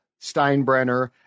steinbrenner